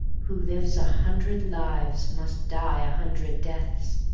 who lives a hundred lives must die a hundred deaths.